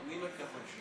אני מקווה.